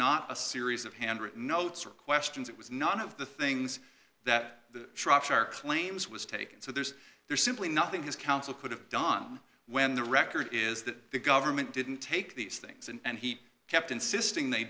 not a series of handwritten notes or questions it was not of the things that the structure claims was taken so there's there's simply nothing his counsel could have done when the record is that the government didn't take these things and he kept insisting they